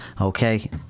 okay